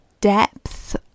depth